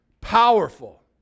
Powerful